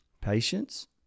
patience